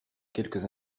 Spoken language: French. quelques